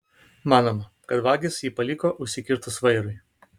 manoma kad vagys jį paliko užsikirtus vairui